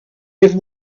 with